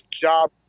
job